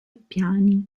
piani